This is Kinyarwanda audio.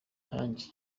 yarangije